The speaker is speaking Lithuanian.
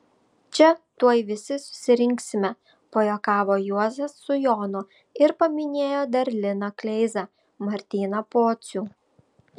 čia tuoj visi susirinksime pajuokavo juozas su jonu ir paminėjo dar liną kleizą martyną pocių